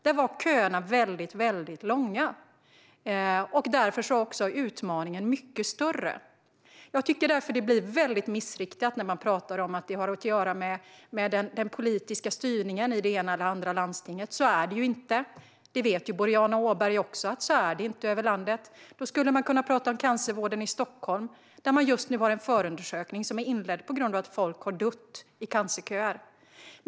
Därmed var också utmaningen mycket större. Jag tycker därför att det blir väldigt missriktat när man pratar om att detta har att göra med den politiska styrningen i det ena eller andra landstinget. Så är det inte. Även Boriana Åberg vet att det inte är så över landet. Man skulle kunna prata om cancervården i Stockholm, där en förundersökning har inletts på grund av att folk dött i cancerköer.